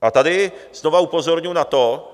A tady znova upozorňuji na to,